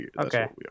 Okay